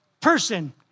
person